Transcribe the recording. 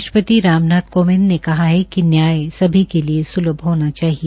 राष्ट्रपति रामनाथ सिंह ने कहा है कि न्याय सभी के लिए सुलभ होना चाहिए